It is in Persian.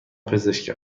پزشک